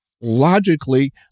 logically